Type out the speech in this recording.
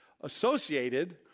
associated